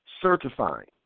certifying